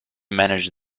manage